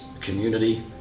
community